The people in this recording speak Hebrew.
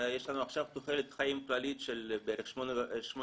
יש לנו עכשיו תוחלת חיים כללית של בערך 82.5